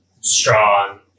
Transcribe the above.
strong